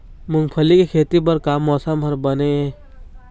मूंगफली के खेती बर का मौसम हर बने ये?